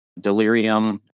delirium